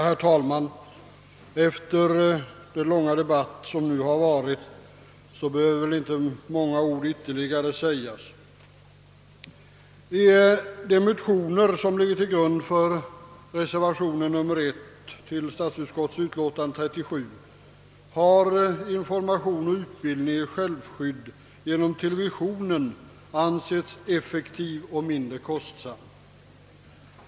Herr talman! Efter den långa debatt, som nu förts, behöver väl inte sägas många ord ytterligare. I de motioner, som ligger till grund för reservationen 1 till utskottets utlåtande nr 37, har information och utbildning i självskydd genom televisionen ansetts effektiv och mindre kostsam.